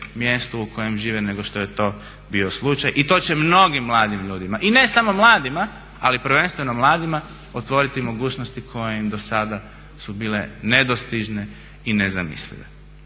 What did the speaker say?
mjestu u kojem žive nego što je to bio slučaj i to će mnogim mladim ljudima i ne samo mladima, ali prvenstveno mladima otvoriti mogućnosti koje im do sada su bile nedostižne i nezamislive.